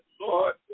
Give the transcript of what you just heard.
Lord